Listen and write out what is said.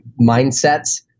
mindsets